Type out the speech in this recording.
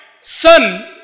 son